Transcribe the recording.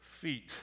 feet